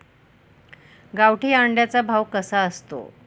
गावठी अंड्याचा भाव कसा असतो?